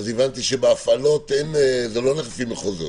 הבנתי שבהפעלות זה לא לפי מחוזות.